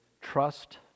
trust